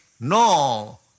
no